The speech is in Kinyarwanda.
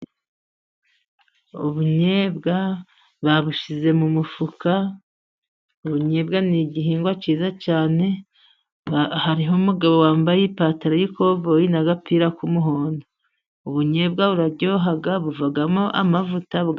Ubunyebwa babushize mu mufuka. Ubunyebwa ni igihingwa cyiza cyane. Hariho umugabo wambaye ipantaro y'ikoboyi n'agapira k'umuhondo. Ubunyebwa buryoha buvamo amavuta .